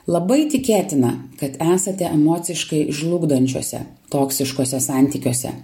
labai tikėtina kad esate emociškai žlugdančiuose toksiškuose santykiuose